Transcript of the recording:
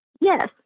Yes